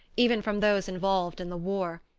even from those involved in the war.